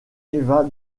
eva